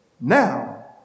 Now